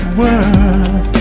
world